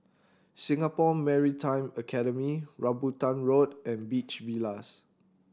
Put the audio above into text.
Singapore Maritime Academy Rambutan Road and Beach Villas